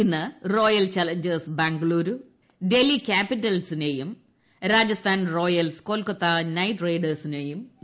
ഇന്ന് Royal Challengers Bengaluru Delhi ക്യാപിറ്റൽസി നെയും രാജസ്ഥാൻ റോയൽസ് കൊൽക്കത്ത നൈറ്റ്റൈഡേഴ്സിനെയും നേരിടും